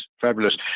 fabulous